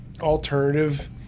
alternative